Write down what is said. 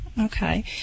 Okay